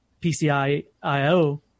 PCI-IO